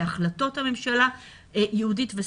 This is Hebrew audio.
בהחלטות ממשלה ייעודיות וספציפיות.